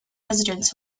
residence